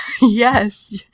Yes